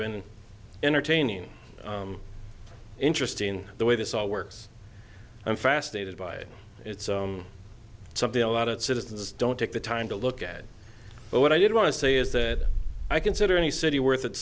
been entertaining interesting the way this all works i'm fascinated by it it's something a lot of citizens don't take the time to look at but what i did want to say is that i consider any city worth its